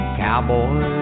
cowboy